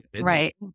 Right